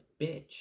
bitch